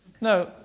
No